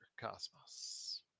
Cosmos